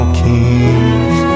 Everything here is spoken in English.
kings